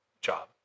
job